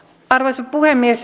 arvoisa puhemies